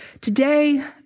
Today